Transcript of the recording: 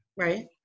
Right